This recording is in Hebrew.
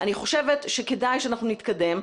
אני חושבת שכדאי שאנחנו נתקדם.